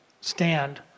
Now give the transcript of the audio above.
stand